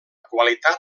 qualitat